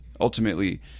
ultimately